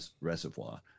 reservoir